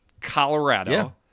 Colorado